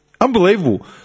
unbelievable